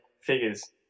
figures